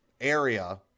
area